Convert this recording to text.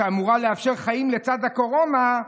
שאמורה לאפשר חיים לצד הקורונה,